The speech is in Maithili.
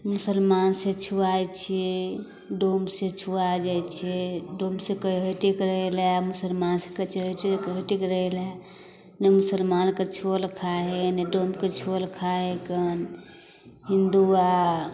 मुसलमानसँ छुआइ छिए डोमसँ छुआ जाइ छिए डोमसँ कहै हइ हटिकऽ रहैलए मुसलमानसँ कहै छै हटि हटिकऽ रहैलए नहि मुसलमानके छुअल खाइ हइ नहि डोमके छुअल खाइ हइ कन हिन्दू आओर